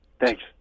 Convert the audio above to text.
Thanks